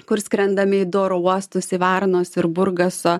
kur skrendame į du oro uostus į varnos ir burgaso